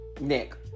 Nick